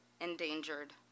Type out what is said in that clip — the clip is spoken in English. endangered